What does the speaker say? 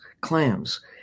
clams